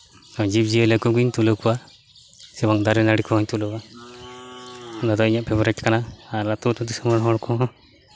ᱡᱤᱵᱽᱼᱡᱤᱭᱟᱹᱞᱤ ᱠᱚᱜᱮᱧ ᱛᱩᱞᱟᱹᱣ ᱠᱚᱣᱟ ᱥᱮ ᱵᱟᱝ ᱫᱟᱨᱮ ᱱᱟᱹᱲᱤ ᱠᱚᱦᱚᱸᱧ ᱛᱩᱞᱟᱹᱣᱟ ᱚᱱᱟ ᱫᱚ ᱤᱧᱟᱹᱜ ᱯᱷᱮᱵᱟᱨᱮᱹᱴ ᱠᱟᱱᱟ ᱟᱨ ᱟᱛᱳ ᱫᱤᱥᱚᱢ ᱨᱮᱱ ᱦᱚᱲ ᱠᱚᱦᱚᱸ